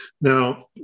Now